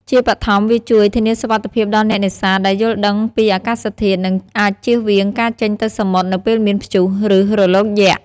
ជាបឋម វាជួយ ធានាសុវត្ថិភាពដល់អ្នកនេសាទដែលយល់ដឹងពីអាកាសធាតុ និងអាចជៀសវាងការចេញទៅសមុទ្រនៅពេលមានព្យុះ ឬរលកយក្ស។